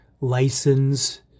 license